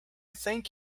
thank